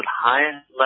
highest